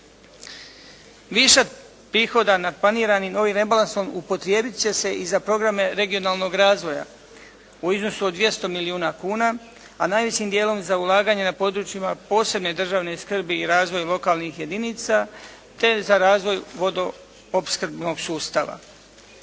Višak prihoda nad planiranim ovim rebalansom upotrijebiti će se i za programe regionalnog razvoja u iznosu od 200 milijuna kuna, a najvećim dijelom za ulaganje na područjima posebne državne skrbi i razvoj lokalnih jedinica te za razvoj vodoopskrbnog sustava.